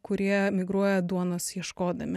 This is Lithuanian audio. kurie migruoja duonos ieškodami